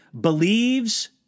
believes